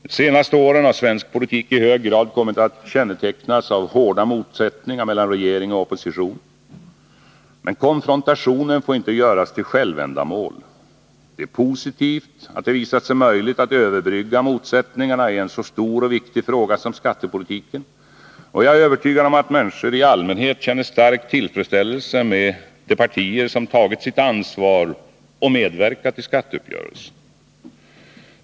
De senaste åren har svensk politik i hög grad kommit att kännetecknas av hårda motsättningar mellan regering och opposition. Men konfrontationen får inte göras till självändamål. Det är positivt att det visat sig möjligt att överbrygga motsättningarna i en så stor och viktig fråga som skattepolitiken. Och jag är övertygad om att människor i allmänhet känner stark tillfredsställelse med de partier som tagit sitt ansvar och medverkat till skatteuppgörelsen.